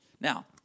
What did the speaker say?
Now